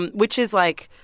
and which is, like,